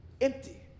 empty